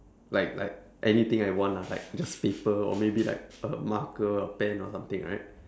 like like anything I want lah like just paper or maybe like a marker a pen or something right